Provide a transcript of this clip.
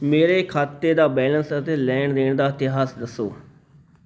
ਮੇਰੇ ਖਾਤੇ ਦਾ ਬੈਲੰਸ ਅਤੇ ਲੈਣ ਦੇਣ ਦਾ ਇਤਿਹਾਸ ਦੱਸੋ